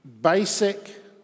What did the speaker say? basic